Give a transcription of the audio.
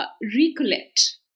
recollect